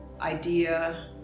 idea